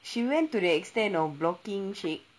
she went to the extent of blocking syed